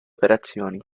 operazioni